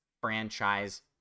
franchise